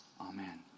Amen